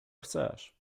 chcesz